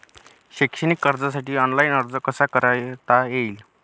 शैक्षणिक कर्जासाठी ऑनलाईन अर्ज कसा करता येईल?